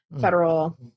federal